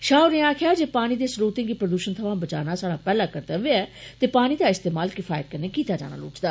शाह होरे आक्खेआ जे पानी दे स्रोतें गी प्रदूषण थमा बचाना साहड़ा पहला कर्तव्य ऐ ते पानी दा इस्तेमाल किफायत कन्नै कीता जाना लोड़चदा